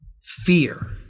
Fear